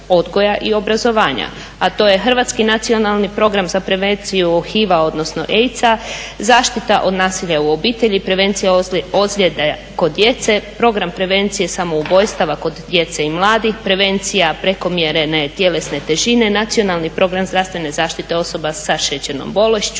Hrvatski nacionalni program za prevenciju HIV-a, odnosno AIDS-a, zaštita od nasilja u obitelji, prevencija ozljeda kod djece, program prevencije samoubojstava kod djece i mladih, prevencija prekomjerne tjelesne težine, Nacionalni program zdravstvene zaštite osoba sa šećernom bolešću